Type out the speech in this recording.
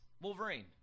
Wolverine